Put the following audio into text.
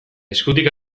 eskutik